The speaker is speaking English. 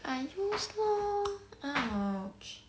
I use lor !ouch!